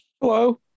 Hello